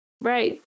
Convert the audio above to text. right